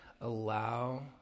allow